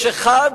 יש אחד